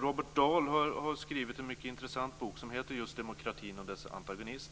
Robert A. Dahl har skrivit en mycket intressant bok som heter just Demokratin och dess antagonister.